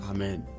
Amen